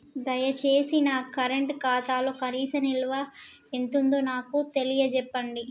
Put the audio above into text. దయచేసి నా కరెంట్ ఖాతాలో కనీస నిల్వ ఎంతుందో నాకు తెలియచెప్పండి